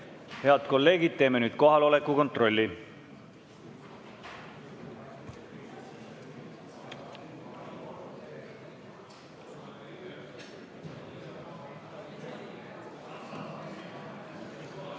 Head kolleegid, teeme nüüd kohaloleku kontrolli.